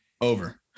Over